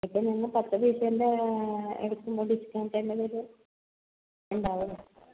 അപ്പോൾ ഞങ്ങൾ പത്ത് പീസിൻ്റെ എടുക്കുമ്പോൾ ഡിസ്കൗണ്ട് എന്നതേലും ഉണ്ടാവോ